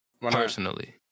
Personally